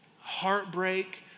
heartbreak